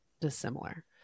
dissimilar